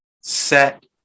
Set